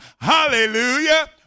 Hallelujah